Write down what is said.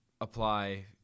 apply